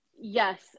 Yes